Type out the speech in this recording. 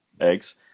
eggs